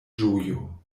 ĝojo